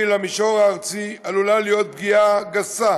למישור הארצי עלולה להיות פגיעה גסה